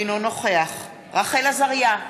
אינו נוכח רחל עזריה,